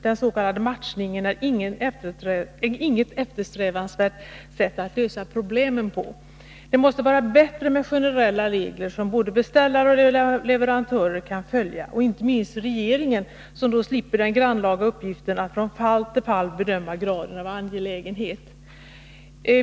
Den s.k. matchningen är inget eftersträvansvärt sätt att lösa problemen på. Det måste vara bättre att ha generella regler, som beställare och leverantörer, och inte minst regeringen, kan följa. Regeringen slipper då den grannlaga uppgiften att från fall till fall bedöma graden av angelägenhet.